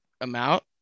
amount